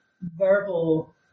verbal